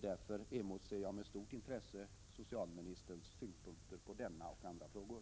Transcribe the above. Därför emotser jag med stort intresse socialministerns synpunkter i denna och andra frågor.